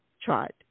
tried